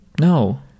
No